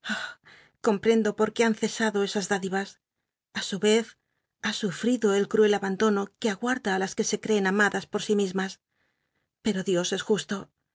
comprendo por qué han cesado esas düd ivas ü su vez ha sufl'ido el cr ucl abandono que aguarda ü las que se crecn amadas por sí mismas pcro dios es justo